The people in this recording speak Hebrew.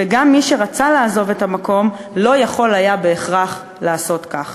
וגם מי שרצה לעזוב את המקום לא יכול היה בהכרח לעשות כך".